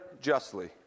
justly